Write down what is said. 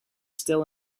still